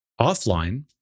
offline